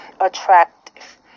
Attractive